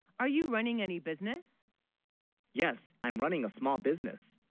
are you running any business yes i'm running a small business